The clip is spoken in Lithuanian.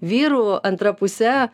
vyru antra puse